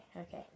okay